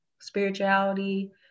spirituality